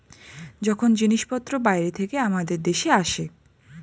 যখন জিনিসপত্র বাইরে থেকে আমাদের দেশে আসে